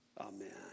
Amen